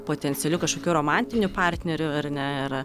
potencialiu kažkokiu romantiniu partneriu ar ne ir